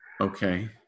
Okay